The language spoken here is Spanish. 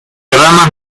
ramas